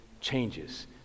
changes